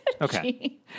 okay